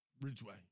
Ridgeway